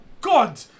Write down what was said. God